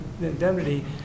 indemnity